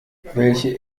welche